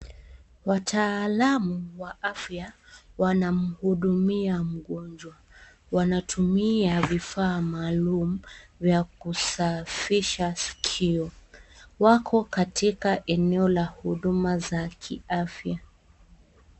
Wataalamu wa afya wanamhudumia mgonjwa. Wanatumia vifaa maalumu vya kusafisha skio. Wako katika eneo la huduma za kiafya.